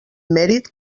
mèrit